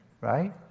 Right